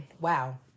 Wow